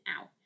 out